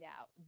out